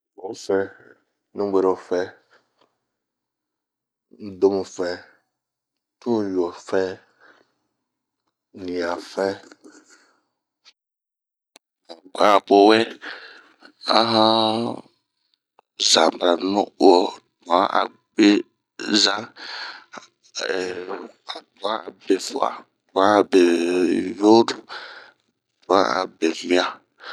Ohfɛn, ɲubwero fɛn ,nnn domufɛn ,tuyio fɛn, ɲian fɛn, hanbwua'a powɛ, ahan zanbara nu'uo ,tuan a bwuiza, ehh hantuan a befua, tuan a beyonu, tuan a befian